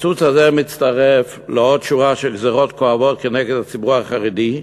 הקיצוץ הזה מצטרף לעוד שורה של גזירות כואבות כנגד הציבור החרדי,